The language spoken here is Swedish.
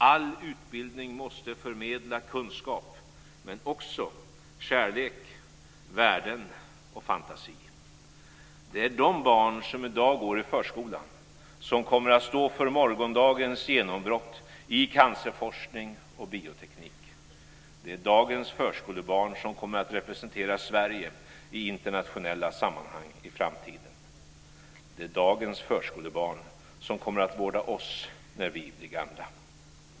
All utbildning måste förmedla kunskap men också kärlek, värden och fantasi. Det är de barn som i dag går i förskolan som kommer att stå för morgondagens genombrott i cancerforskning och bioteknik. Det är dagens förskolebarn som kommer att representera Sverige i internationella sammanhang i framtiden. Det är dagens förskolebarn som kommer att vårda oss när vi blir gamla.